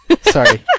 sorry